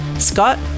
scott